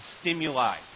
stimuli